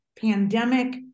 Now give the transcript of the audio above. pandemic